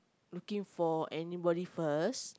looking for anybody first